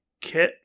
kit